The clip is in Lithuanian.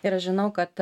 ir aš žinau kad